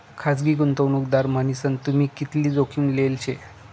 खासगी गुंतवणूकदार मन्हीसन तुम्ही कितली जोखीम लेल शे